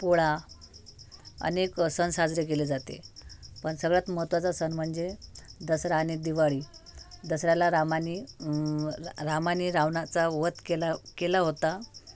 पोळा अनेक सण साजरे केले जाते पण सगळ्यात महत्वाचा सण म्हणजे दसरा आणि दिवाळी दसऱ्याला रामाने रामाने रावणाचा वध केला केला होता